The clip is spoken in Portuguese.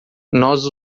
nós